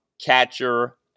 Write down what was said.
catcher